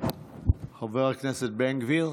חבר הכנסת בן גביר,